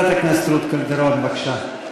חברת הכנסת רות קלדרון, בבקשה.